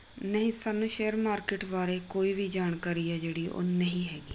ਨਹੀਂ ਸਾਨੂੰ share market ਬਾਰੇ ਕੋਈ ਵੀ ਜਾਣਕਾਰੀ ਹੈ ਜਿਹੜੀ ਉਹ ਨਹੀਂ ਹੈਗੀ